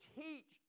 teach